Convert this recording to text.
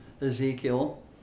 Ezekiel